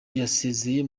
yasezeye